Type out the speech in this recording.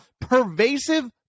Pervasive